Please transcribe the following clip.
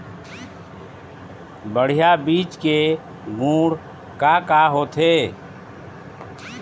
बढ़िया बीज के गुण का का होथे?